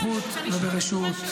אנחנו עושים את זה ברשות וסמכות,